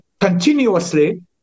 continuously